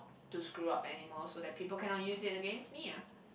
to screw up anymore so that people cannot use it and against me ah